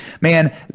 man